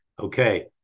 okay